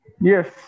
Yes